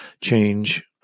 change